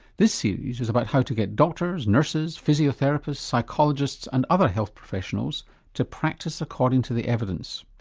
this series is about how to get doctors, nurses, physiotherapists, psychologists and other health professionals to practice according to the evidence.